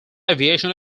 aviation